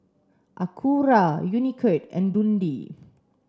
Acura Unicurd and Dundee